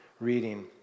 reading